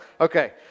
Okay